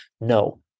No